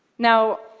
now,